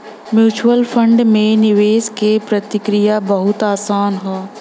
mutual fund में निवेश क प्रक्रिया बहुत आसान हौ